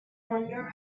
wonder